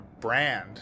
brand